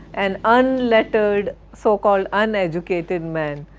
an unlettered, so called uneducated man,